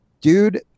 Dude